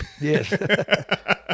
Yes